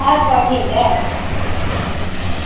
ऐतवार ठीक ऐ